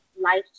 life